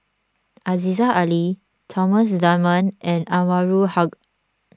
Aziza Ali Thomas Dunman and Anwarul Haque